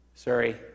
Sorry